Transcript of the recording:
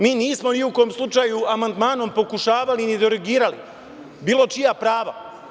Mi nismo ni u kom slučaju amandmanom pokušavali ni derogirali bila čija prava.